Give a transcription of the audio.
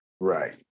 Right